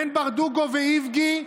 בין ברדוגו ואיבגי,